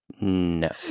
No